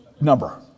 number